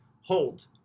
hold